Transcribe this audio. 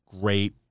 great